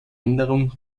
änderung